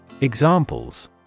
Examples